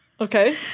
Okay